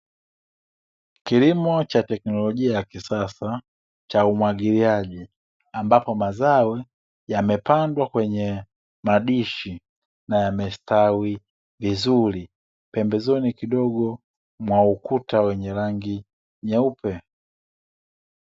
Kilimo cha teknolojia ya kisasa cha umwagiliaji ambapo mazao yamepandwa kwenye madishi na yamestawi vizuri, pembezoni kidogo mwa ukuta wenye rangi nyeupe.